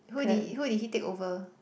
who did who did he take over